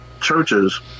churches